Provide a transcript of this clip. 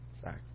sorry